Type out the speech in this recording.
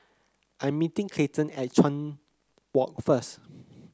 I'm meeting Clayton at Chuan Walk first